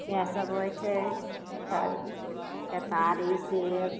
इएह सब होइ छै फल केतारी सेब